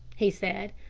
he said.